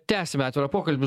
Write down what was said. tęsime atvirą pokalbį